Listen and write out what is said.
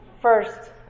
First